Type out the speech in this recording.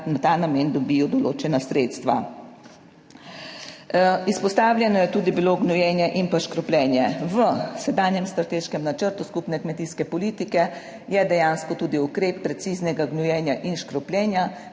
v ta namen dobijo določena sredstva. Izpostavljeno je tudi bilo gnojenje in pa škropljenje. V sedanjem strateškem načrtu skupne kmetijske politike je dejansko tudi ukrep preciznega gnojenja in škropljenja.